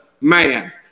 man